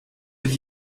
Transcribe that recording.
with